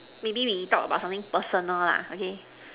maybe we talk about something personal lah okay